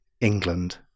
England